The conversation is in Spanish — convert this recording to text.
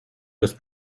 los